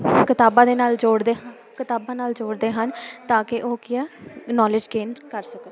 ਕਿਤਾਬਾਂ ਦੇ ਨਾਲ ਜੋੜਦੇ ਹਨ ਕਿਤਾਬਾਂ ਨਾਲ ਜੋੜਦੇ ਹਨ ਤਾਂ ਕਿ ਉਹ ਕੀ ਆ ਨੌਲੇਜ ਗੇਨ ਕਰ ਸਕਣ